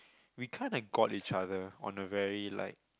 we kinda got each other on a very like